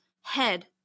head